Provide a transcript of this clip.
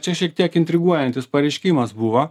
čia šiek tiek intriguojantis pareiškimas buvo